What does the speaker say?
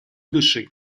души